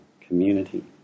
community